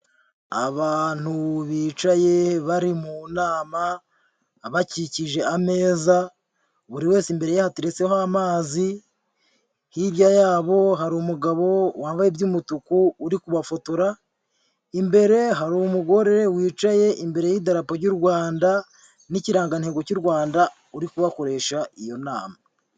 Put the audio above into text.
Abantu bicaye bari mu nama bakikije ameza, buri wese imbere ye hateretseho amazi, hirya yabo hari umugabo wambaye iby'umutuku uri kubafotora, imbere hari umugore wicaye imbere y'idarapo ry'u Rwanda n'ikirangantego cy'u Rwanda uri kubakoresha iyo nama.